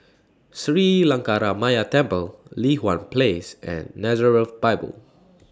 Sri Lankaramaya Temple Li Hwan Place and Nazareth Bible